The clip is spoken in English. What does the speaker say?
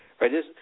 right